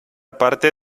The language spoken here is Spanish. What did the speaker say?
parte